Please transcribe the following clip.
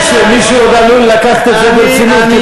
מישהו עוד עלול לקחת את זה ברצינות כי